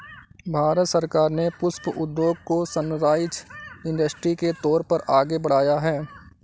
भारत सरकार ने पुष्प उद्योग को सनराइज इंडस्ट्री के तौर पर आगे बढ़ाया है